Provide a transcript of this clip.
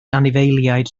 anifeiliaid